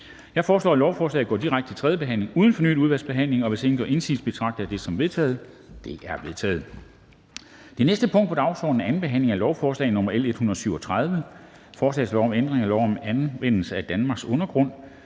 Jeg foreslår, at lovforslagene går direkte til tredje behandling uden fornyet udvalgsbehandling. Hvis ingen gør indsigelse, betragter jeg det som vedtaget. Det er vedtaget. --- Det næste punkt på dagsordenen er: 11) 2. behandling af lovforslag nr. L 137: Forslag til lov om ændring af lov om anvendelse af Danmarks undergrund.